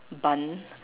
bun